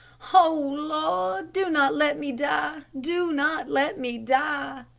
o lord, do not let me die! do not let me die!